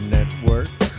Network